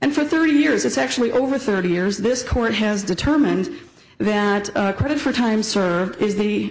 and for thirty years it's actually over thirty years this court has determined that a credit for time